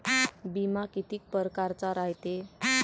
बिमा कितीक परकारचा रायते?